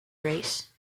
race